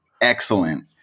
excellent